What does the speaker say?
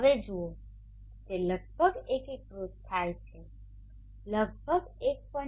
હવે જુઓ તે લગભગ એકીકૃત થાય છે લગભગ 1